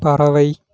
பறவை